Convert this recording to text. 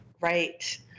right